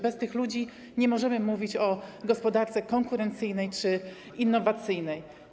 Bez tych ludzi nie możemy mówić o gospodarce konkurencyjnej czy innowacyjnej.